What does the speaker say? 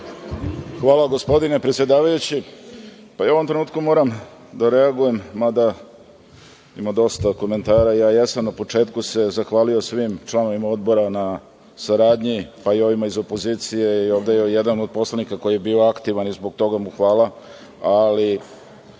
Hvala gospodine predsedavajući. Ja u ovom trenutku moram da reagujem, mada ima dosta komentara a ja se jesam na početku zahvalio svim članovima Odbora na saradnji, pa i ovima iz opozicije, i ovde je jedan od poslanika koji je bio aktivan i zbog toga mu hvala. Ovo